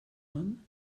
man